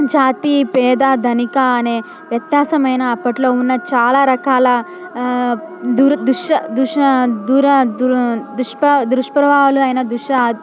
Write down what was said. జాతి పేద ధనిక అనే వ్యత్యాసమైన అప్పట్లో ఉన్న చాలా రకాల దూర దుష్య దుష్య దూర దూర్ దుష్ప దుష్ప్రభావాలు అయిన దుష్య